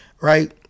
right